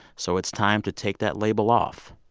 so it's time to take that label off.